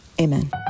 Amen